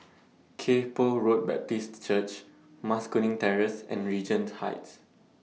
Kay Poh Road Baptist Church Mas Kuning Terrace and Regent Heights